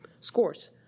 scores